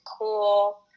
cool